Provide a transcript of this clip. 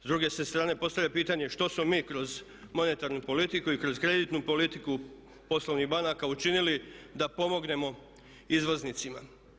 S druge se strane postavlja pitanje što smo mi kroz monetarnu politiku i kroz kreditnu politiku poslovnih banaka učinili da pomognemo izvoznicima.